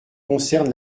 concerne